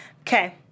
Okay